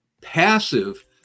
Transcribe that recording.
passive